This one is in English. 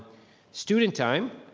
student time,